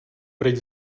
pryč